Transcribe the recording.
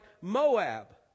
Moab